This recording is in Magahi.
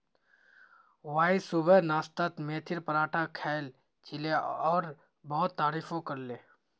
वाई सुबह नाश्तात मेथीर पराठा खायाल छिले और बहुत तारीफो करले